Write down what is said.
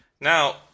now